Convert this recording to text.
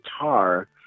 guitar